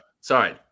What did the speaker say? Sorry